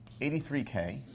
83K